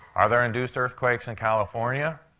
are there induced earthquakes in california?